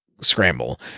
scramble